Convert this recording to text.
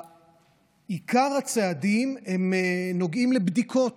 עיקר הצעדים נוגעים לבדיקות,